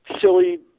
silly